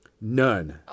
None